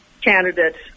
candidates